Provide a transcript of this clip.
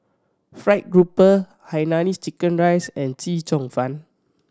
fried grouper Hainanese chicken rice and Chee Cheong Fun